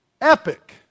epic